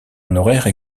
honoraires